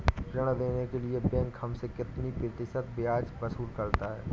ऋण देने के लिए बैंक हमसे कितना प्रतिशत ब्याज वसूल करता है?